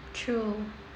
true